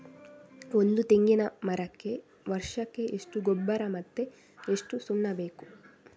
ಒಂದು ತೆಂಗಿನ ಮರಕ್ಕೆ ವರ್ಷಕ್ಕೆ ಎಷ್ಟು ಗೊಬ್ಬರ ಮತ್ತೆ ಎಷ್ಟು ಸುಣ್ಣ ಬೇಕು?